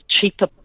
cheaper